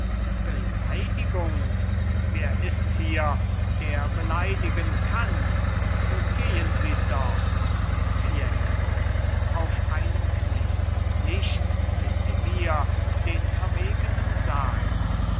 beleidigung wer ist hier der beleidigen kann so gehen sie doch fiesco auf einem knie nicht bis sie mir den verwegenen sagen